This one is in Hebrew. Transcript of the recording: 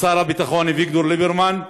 לשר הביטחון אביגדור ליברמן,